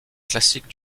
classique